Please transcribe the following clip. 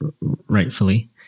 rightfully